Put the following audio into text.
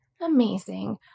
amazing